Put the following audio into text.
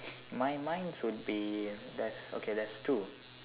mine mine would be there's okay there's two